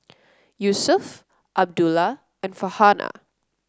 Yusuf Abdullah and Farhanah